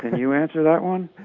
and you answer that one